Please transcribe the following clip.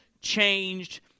changed